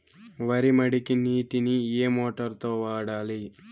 వరి మడికి నీటిని ఏ మోటారు తో వాడాలి?